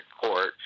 court